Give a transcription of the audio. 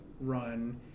run